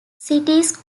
cities